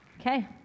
Okay